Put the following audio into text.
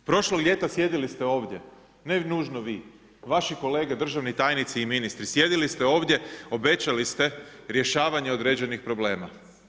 Prošlog ljeta sjedili ste ovdje, ne nužno vi, vaši kolege državni tajnici i ministri, sjedili ste ovdje, obećali ste rješavanje određenih problema.